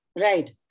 Right